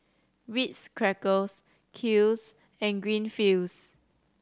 Ritz Crackers Kiehl's and Greenfields